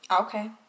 Okay